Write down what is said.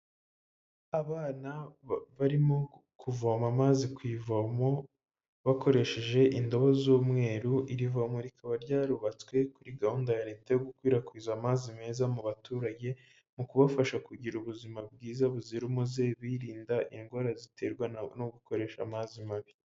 Abana barimo kuvoma amazi ku ivomo bakoresheje indobo z'umweru, iri vomo rikaba ryarubatswe kuri gahunda ya Leta yo gukwirakwiza amazi meza mu baturage mu kubafasha kugira ubuzima bwiza buzira umuze birinda indwara ziterwa no gukoresha amazi mabi.